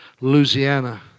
Louisiana